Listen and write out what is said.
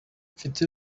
mfite